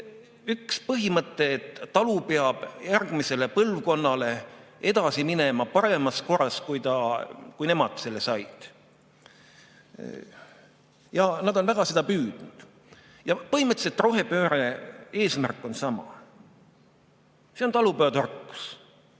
üks põhimõte: talu peab järgmisele põlvkonnale edasi minema paremas korras, kui nemad selle said. Ja nad on väga seda püüdnud. Põhimõtteliselt rohepöörde eesmärk on sama. See on talupojatarkus.